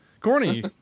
Corny